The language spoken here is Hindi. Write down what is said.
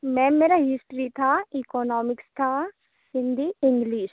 मैम मेरा हिस्ट्री था इकोनॉमिक्स था हिंदी इंग्लिश